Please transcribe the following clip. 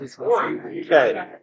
Okay